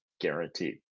Guaranteed